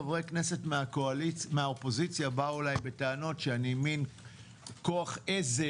חברי כנסת מהאופוזיציה באו אליי בטענות שאני מין כוח עזר,